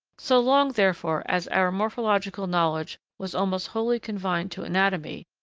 so long, therefore, as our morphological knowledge was almost wholly confined to anatomy,